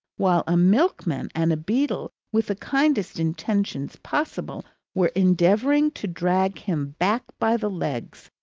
while a milkman and a beadle, with the kindest intentions possible, were endeavouring to drag him back by the legs,